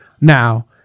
Now